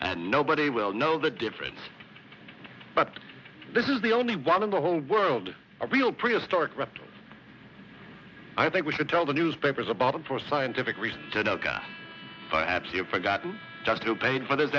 and nobody will know the difference but this is the only one in the whole world a real prehistoric reptile i think we should tell the newspapers about them for scientific reasons perhaps you've forgotten just to paid for th